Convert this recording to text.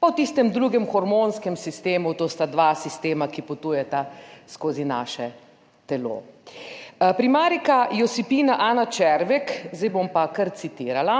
pa o tistem drugem hormonskem sistemu, to sta dva sistema, ki potujeta skozi naše telo. Primarijka Josipina Ana Červek, zdaj bom pa kar citirala,